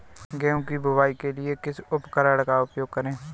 गेहूँ की बुवाई के लिए किस उपकरण का उपयोग करें?